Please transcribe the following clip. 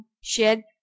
shed